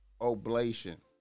oblation